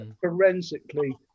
forensically